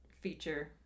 feature